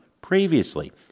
previously—